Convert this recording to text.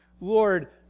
Lord